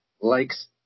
likes